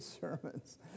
sermons